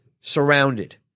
surrounded